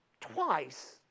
twice